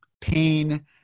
pain